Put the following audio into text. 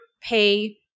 pay